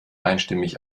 einstimmig